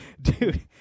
dude